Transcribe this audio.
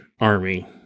Army